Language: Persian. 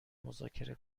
مذاکره